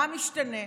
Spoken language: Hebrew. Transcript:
מה משתנה?